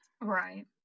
right